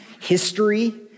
history